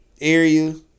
area